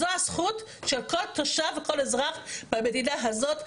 זאת הזכות של כל תושב וכל אזרח במדינה הזאת,